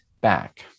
back